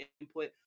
input